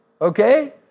Okay